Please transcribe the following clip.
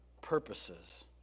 purposes